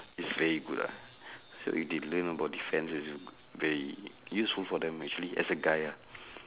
it's very good ah so they they learn about defence is very useful for them actually as a guy lah]